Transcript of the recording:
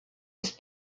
ist